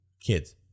kids